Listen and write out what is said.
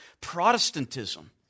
Protestantism